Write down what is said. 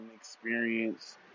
experience